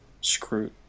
screwed